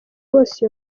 bose